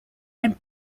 and